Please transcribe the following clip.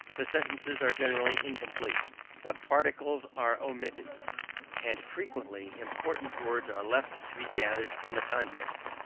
the sentences are generally incomplete the particles are omitted and frequently important words are left to be gathered from the context.